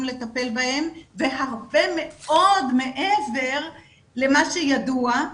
לטפל בהם והרבה מאוד מעבר למה שידוע.